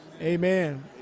Amen